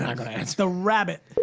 not going to answer. the rabbit.